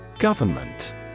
Government